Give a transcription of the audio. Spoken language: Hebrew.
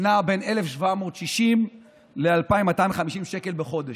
נע בין 1,760 ל-2,250 שקל בחודש.